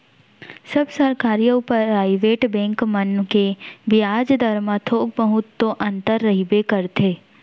सब सरकारी अउ private bank मन के बियाज दर म थोक बहुत तो अंतर रहिबे करथे